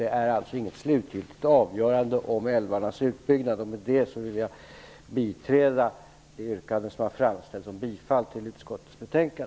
Det är alltså inte fråga om ett slutgiltigt avgörande om älvarnas utbyggnad. Med detta vill jag biträda de yrkanden som framställts om bifall till utskottets hemställan.